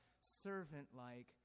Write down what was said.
servant-like